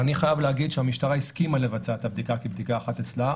ואני חייב להגיד שהמשטרה הסכימה לבצע את הבדיקה כבדיקה אחת אצלה,